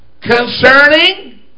concerning